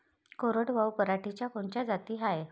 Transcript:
कोरडवाहू पराटीच्या कोनच्या जाती हाये?